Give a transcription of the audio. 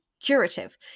curative